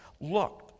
Look